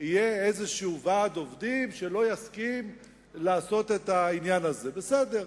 יהיה איזשהו ועד עובדים שלא יסכים לעשות את העניין הזה בסדר,